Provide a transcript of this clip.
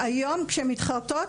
וכשהן מתחרטות,